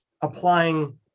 applying